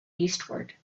eastward